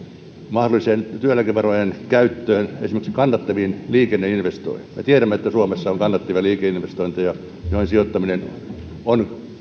mahdolliseen työeläkevarojen käyttöön esimerkiksi kannattaviin liikenneinvestointeihin niin me tiedämme että suomessa on kannattavia liikenneinvestointeja joihin sijoittaminen on